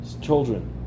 children